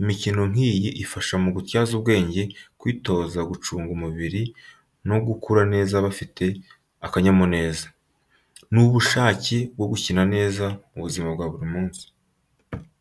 Imikino nk’iyi ifasha mu gutyaza ubwenge, kwitoza gucunga umubiri no gukura bafite akanyamuneza n’ubushake bwo gukina neza mu buzima bwa buri munsi.